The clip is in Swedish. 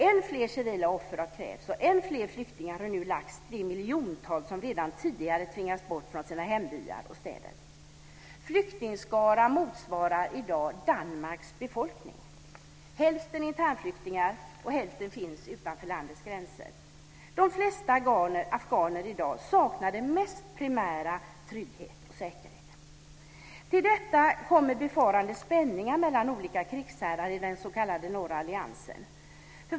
Än fler civila offer har krävts, och än fler flyktingar har nu lagts till de miljontals som redan tidigare tvingats bort från sina hembyar och städer. Flyktingskaran motsvarar i dag Danmarks befolkning. Hälften är internflyktingar, och hälften finns utanför landets gränser. De flesta afghaner saknar i dag den mest primära tryggheten och säkerheten. Till detta kommer befarade spänningar mellan olika krigsherrar i den s.k. Norra alliansen.